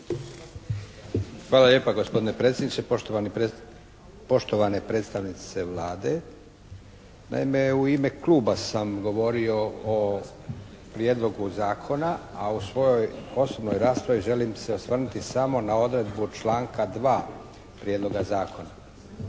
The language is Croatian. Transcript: Hvala lijepa gospodine predsjedniče, poštovane predstavnice Vlade. Naime, u ime Kluba sam govorio o prijedlogu zakona a u svojoj osobnoj raspravi želim se osvrnuti samo na odredbu članka 2. prijedloga zakona.